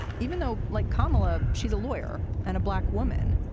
even though, like kamala, she's a lawyer and a black woman.